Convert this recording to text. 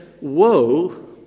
woe